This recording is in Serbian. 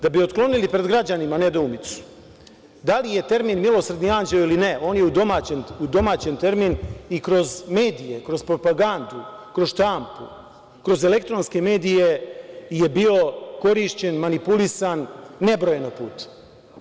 Da bi otklonili pred građanima nedoumicu da li je termin „milosrdni anđeo“ ili ne, on je odomaćen termin i kroz medije, kroz propagandu, kroz štampu, kroz elektronske medije je bio korišćen, manipulisan nebrojeno puta.